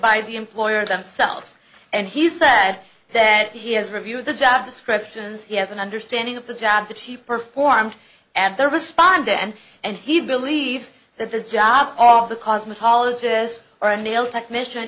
by the employer themselves and he said that he has reviewed the job descriptions he has an understanding of the job that she performed and there responded and and he believes that the job all the cosmetologist or a nail technician